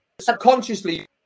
subconsciously